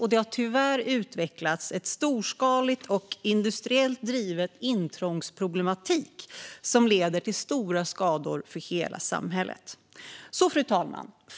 Tyvärr har det utvecklats en storskalig och industriellt driven intrångsproblematik, som leder till stora skador för hela samhället. Fru talman!